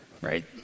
right